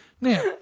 Now